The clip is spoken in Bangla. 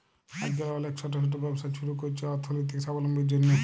আইজকাল অলেক ছট ছট ব্যবসা ছুরু ক্যরছে অথ্থলৈতিক সাবলম্বীর জ্যনহে